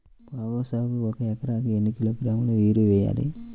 పొగాకు సాగుకు ఒక ఎకరానికి ఎన్ని కిలోగ్రాముల యూరియా వేయాలి?